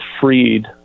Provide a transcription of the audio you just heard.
FREED